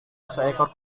seekor